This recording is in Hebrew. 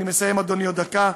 אני מסיים, אדוני, עוד דקה.